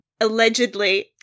Allegedly